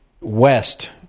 west